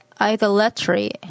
idolatry